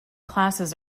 classes